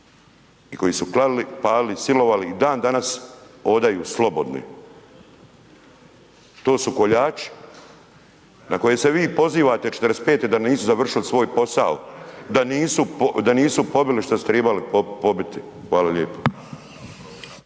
i koji su klali, palili i silovali i dan danas odaju slobodni, to su koljači na koje se vi pozivate '45. da nisu završili svoj posao, da nisu pobili što su tribali pobiti. Hvala lijepo.